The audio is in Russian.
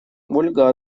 ольга